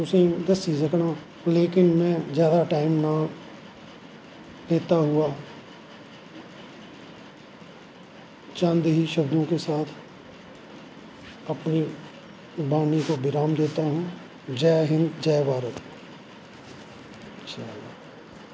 तुसें गी दस्सी सकनां ऐ लेकिन में जादा टाईम नां लेता हुआ चंद ही शब्दों ते साथ अपनी वाणी को बिराम देत्ता हूं जै हिन्द जै भारत